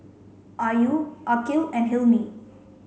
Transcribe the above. Ayu Aqil and Hilmi